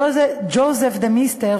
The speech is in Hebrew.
ז'וזף דה-מסטר,